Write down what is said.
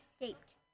escaped